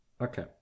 Okay